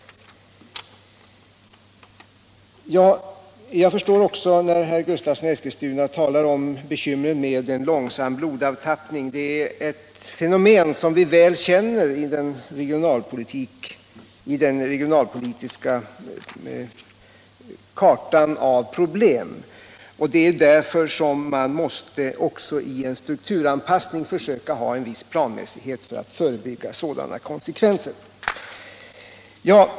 Jag förstår också att herr Gustavsson i Eskilstuna talar om bekymren med en långsam blodavtappning. Det är ett fenomen som vi väl känner från den regionalpolitiska kartan av problem. Man måste naturligtvis också i en strukturanpassning försöka ha en viss planmässighet för att förebygga sådana konsekvenser.